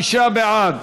55 בעד,